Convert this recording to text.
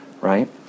right